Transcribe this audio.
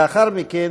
לאחר מכן,